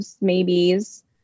maybes